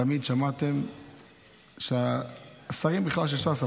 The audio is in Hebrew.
תמיד שמעתם שהשרים, בכלל של ש"ס.